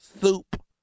soup